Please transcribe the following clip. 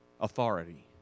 Authority